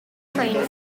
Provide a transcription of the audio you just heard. train